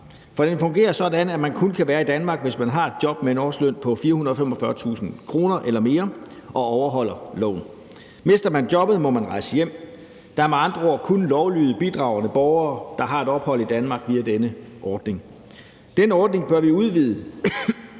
for den fungerer sådan, at man kun kan være i Danmark, hvis man har et job med en årsløn på 445.000 kr. eller mere og overholder loven. Mister man jobbet, må man rejse hjem. Det er med andre ord kun lovlydige og bidragende borgere, der har et ophold i Danmark via denne ordning. Den ordning bør vi udvide.